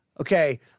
Okay